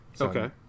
Okay